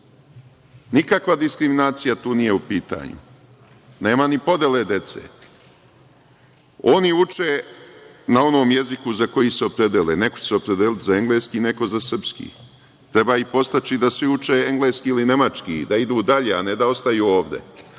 nikakva diskriminacija nije tu u pitanju, nema ni podele dece. Oni uče na onom jeziku za koji se opredele. Neko će se opredeliti za engleski, neko za srpski. Treba ih podstaći da svi uče engleski ili nemački, da idu dalje, a ne da ostaju ovde.